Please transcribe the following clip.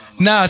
Nah